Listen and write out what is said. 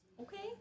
Okay